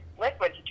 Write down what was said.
liquid